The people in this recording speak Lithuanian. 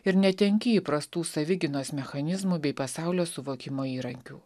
ir netenki įprastų savigynos mechanizmų bei pasaulio suvokimo įrankių